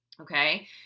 Okay